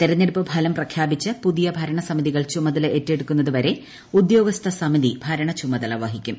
തെരഞ്ഞെടുപ്പ് ഫലം പ്രഖ്യാപിച്ച് പുതിയ ഭരണസമിതികൾ ചുമതല ഏറ്റെടുക്കുന്നതുവരെ ഉദ്യോഗസ്ഥ സമിതി ഭരണച്ചുമതല വഹിക്കും